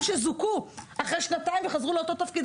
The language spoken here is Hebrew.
שזוכו אחרי שנתיים וחזרו לאותו תפקיד,